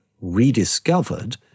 rediscovered